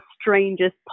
strangest